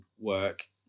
work